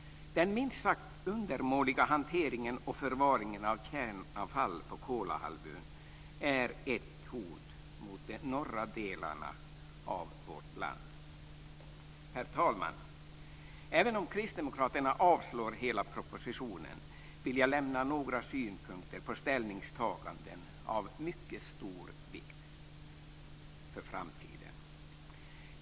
Den minst sagt undermåliga hanteringen och förvaringen av kärnavfall på Kolahalvön är ett hot mot de norra delarna av vårt land. Herr talman! Även om kristdemokraterna vill avslå hela propositionen vill jag lämna några synpunkter och ställningstaganden av mycket stor vikt för framtiden.